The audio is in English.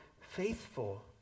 faithful